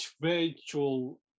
virtual